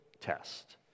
test